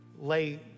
lay